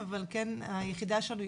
של הסיוע המשפטי אבל היחידה שלנו היא